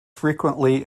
frequently